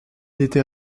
était